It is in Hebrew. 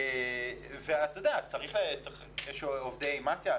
יש עובדי מתי"א,